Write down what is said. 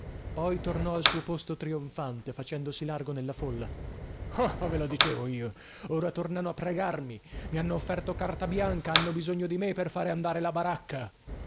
poi tornò al suo posto trionfante facendosi largo nella folla ah ah ve lo dicevo io ora tornano a pregarmi mi hanno offerto carta bianca hanno bisogno di me per fare andare la baracca